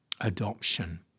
Adoption